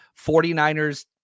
49ers